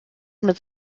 mit